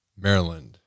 maryland